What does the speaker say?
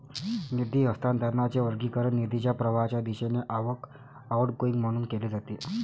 निधी हस्तांतरणाचे वर्गीकरण निधीच्या प्रवाहाच्या दिशेने आवक, आउटगोइंग म्हणून केले जाते